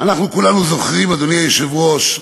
אנחנו כולנו זוכרים, אדוני היושב-ראש,